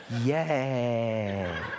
Yay